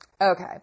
Okay